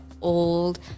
old